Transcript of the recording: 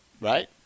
Right